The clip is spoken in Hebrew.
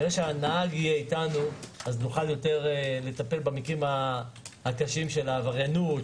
כשהנהג איתנו אפשר דרך הסברה אגרסיבית לטפל במקרים הקשים של העבריינות,